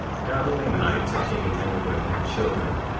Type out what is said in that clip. now the lamanites had taken many women and children,